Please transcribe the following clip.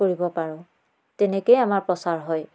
কৰিব পাৰোঁ তেনেকৈয়ে আমাৰ প্ৰচাৰ হয়